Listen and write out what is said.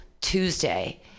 Tuesday